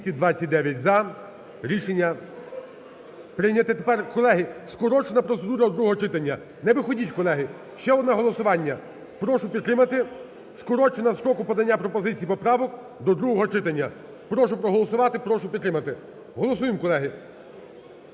Прошу проголосувати і прошу підтримати. Голосуємо, колеги.